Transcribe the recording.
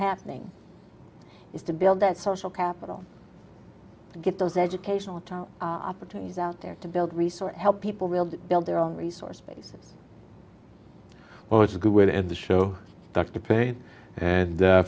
happening is to build that social capital get those educational opportunities out there to build resort help people build build their own resource base well it's a good way to end the show